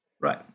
Right